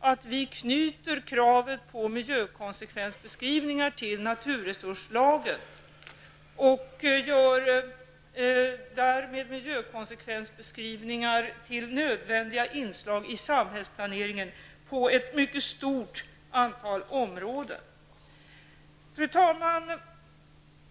att vi knyter kravet på miljökonsekvensbeskrivningar till naturresurslagen. Därmed gör vi miljökonsekvensbeskrivningar till nödvändiga inslag i samhällsplaneringen på ett mycket stort antal områden. Fru talman!